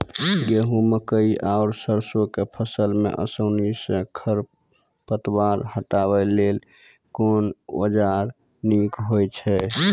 गेहूँ, मकई आर सरसो के फसल मे आसानी सॅ खर पतवार हटावै लेल कून औजार नीक है छै?